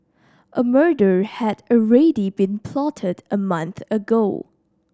a murder had already been plotted a month ago